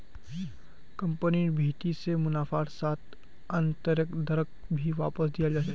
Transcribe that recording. कम्पनिर भीति से मुनाफार साथ आन्तरैक दरक भी वापस दियाल जा छे